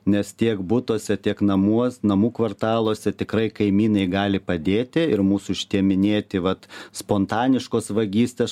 nes tiek butuose tiek namuos namų kvartaluose tikrai kaimynai gali padėti ir mūs tie minėti vat spontaniškos vagystėš